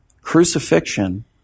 crucifixion